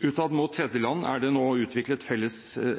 Utad, mot tredjeland, er det nå utviklet felles